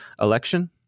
election